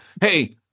Hey